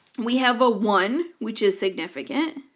we have a one, which is significant.